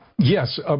Yes